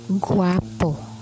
Guapo